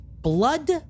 blood